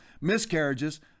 miscarriages